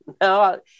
no